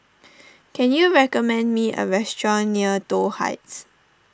can you recommend me a restaurant near Toh Heights